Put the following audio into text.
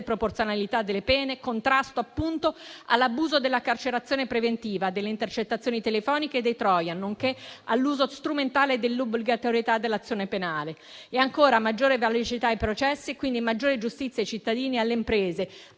proporzionalità delle pene, contrasto all'abuso della carcerazione preventiva, delle intercettazioni telefoniche e dei *trojan*, nonché all'uso strumentale dell'obbligatorietà dell'azione penale; e, ancora, maggiore velocità dei processi e quindi maggiore giustizia per i cittadini e le imprese,